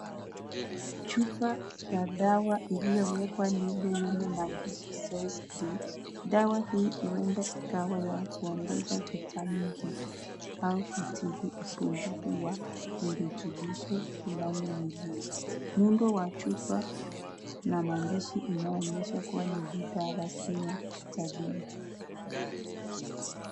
Chupa ya dawa iliyowekwa nembo yenye maandishi Sol-D, dawa hii huenda ikawa ya kuongeza Vitamin D au kutibu upungufu wa virutubisho fulani mwilini. Muundo wa chupa na maandishi inayoonyesha kuwa ni bidhaa rasmi ya kitabibu.